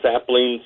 saplings